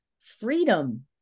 freedom